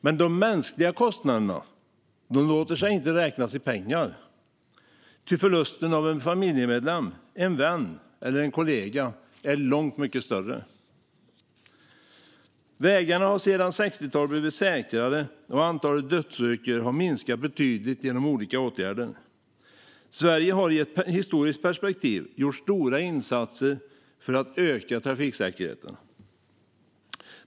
Men de mänskliga kostnaderna låter sig inte räknas i pengar, ty förlusten av en familjemedlem, vän eller kollega är långt mycket större. Vägarna har sedan 60-talet blivit säkrare, och antalet dödsolyckor har minskat betydligt genom olika åtgärder. Sverige har i ett historiskt perspektiv gjort stora insatser för att öka trafiksäkerheten.